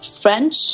French